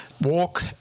walk